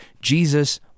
Jesus